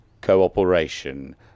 cooperation